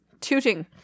tooting